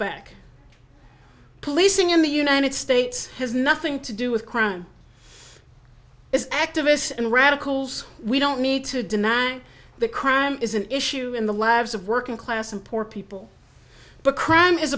back policing in the united states has nothing to do with crime it's activists and radicals we don't need to denying that crime is an issue in the lives of working class and poor people but crime is